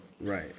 Right